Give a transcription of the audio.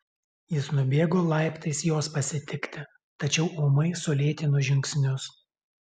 jis nubėgo laiptais jos pasitikti tačiau ūmai sulėtino žingsnius